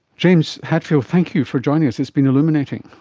james hadfield, thank you for joining us, it's been illuminating.